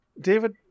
David